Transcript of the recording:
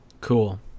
Cool